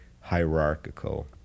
hierarchical